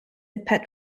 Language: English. pet